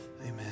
Amen